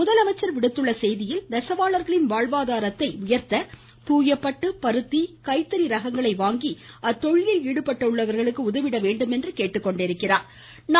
முதலமைச்சர் விடுத்துள்ள செய்தியில் நெசவாளர்களின் வாழ்வாதாரத்தை உயர்த்த தூய பட்டு பருத்தி கைத்தறி ரகங்களை வாங்கி அத்தொழிலில் ஈடுபட்டுள்ளவர்களுக்கு உதவிட வேண்டுமென கேட்டுக்கொண்டுள்ளார்